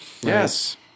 Yes